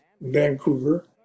Vancouver